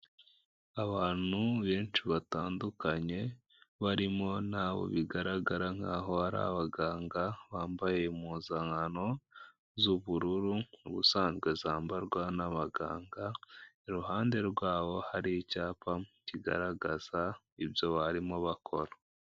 Abantu benshi batandukanye barimo ntaho bigaragara nkaho hari abaganga, bambaye impuzankano z'ubururu ubusanzwe zambarwa n'abaganga iruhande rwabo hari icyapa kigaragaza ibyo barimo bakora.